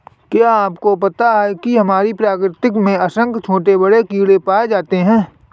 क्या आपको पता है हमारी प्रकृति में असंख्य छोटे बड़े कीड़े पाए जाते हैं?